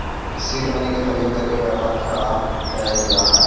seed money के प्रयोग करके व्यापार खड़ा कैल जा हई